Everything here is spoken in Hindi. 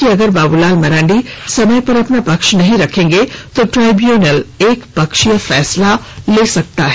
कि अगर बाबूलाल समय पर अपना पक्ष नहीं रखेंगे तो ट्रिब्यूनल एकपक्षीय फैसला ले सकता है